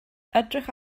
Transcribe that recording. edrych